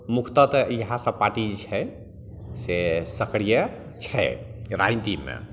मुख्यतः तऽ इएहसब पार्टी जे छै से सक्रिय छै राजनीतिमे